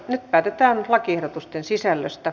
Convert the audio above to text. nyt päätetään lakiehdotusten sisällöstä